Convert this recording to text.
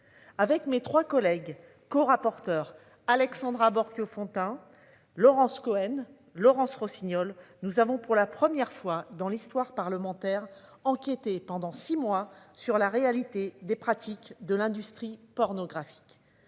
Avec mes 3 collègues corapporteur Alexandra Borchio-Fontimp. Laurence Cohen, Laurence Rossignol. Nous avons pour la première fois dans l'histoire parlementaire enquêté pendant 6 mois sur la réalité des pratiques de l'industrie pornographique.